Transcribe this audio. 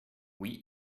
oui